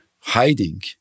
hiding